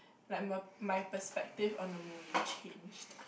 like my my perspective on the movie changed